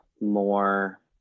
more